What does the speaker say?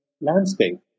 landscape